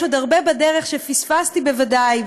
יש עוד הרבה בדרך שפספסתי, בוודאי.